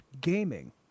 gaming